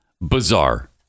bizarre